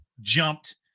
jumped